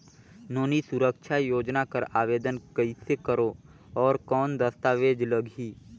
नोनी सुरक्षा योजना कर आवेदन कइसे करो? और कौन दस्तावेज लगही?